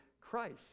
Christ